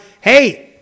Hey